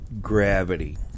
gravity